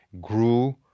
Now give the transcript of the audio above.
grew